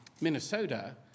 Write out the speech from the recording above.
Minnesota